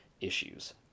issues